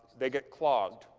they get clogged.